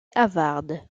harvard